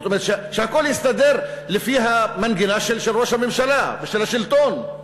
שהכול יסתדר לפי המנגינה של ראש הממשלה ושל השלטון,